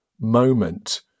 moment